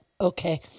okay